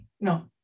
No